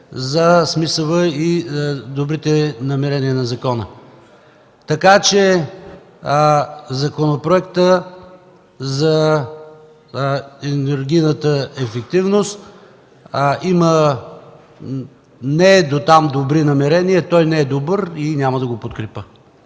за смисъла и добрите намерения на закона. Законопроектът за енергийната ефективност има недотам добри намерения. Той не е добър и няма да го подкрепя.